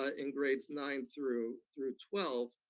ah in grades nine through through twelve.